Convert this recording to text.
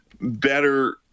better